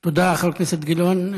תודה, חבר הכנסת גילאון.